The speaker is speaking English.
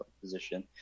position